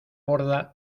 borda